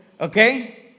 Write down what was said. okay